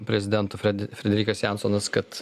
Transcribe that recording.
prezidentu fredi frederikas jansonas kad